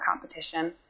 competition